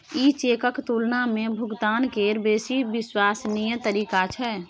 ई चेकक तुलना मे भुगतान केर बेसी विश्वसनीय तरीका छै